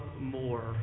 more